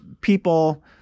people